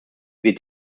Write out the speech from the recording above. wird